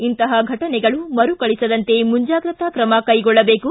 ಇಂತಹ ಫಟನೆಗಳು ಮರುಕಳಿಸದಂತೆ ಮುಂಜಾಗ್ರತಾ ಕ್ರಮ ಕೈಗೊಳ್ಳಬೇಕು